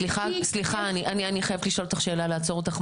סליחה, אני חייבת לשאול אותך שאלה, לעצור אותך.